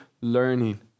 learning